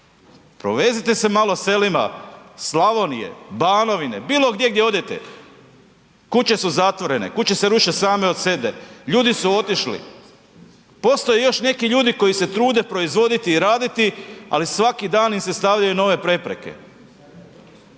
Provezite se malo selima, Slavonije, Banovine, bilo gdje gdje odete, kuće su zatvorene, kuće se ruše same od sebe, ljudi su otišli. Postoje još neki ljudi koji se trude proizvoditi i raditi, ali svaki dan im se stavljaju nove prepreke.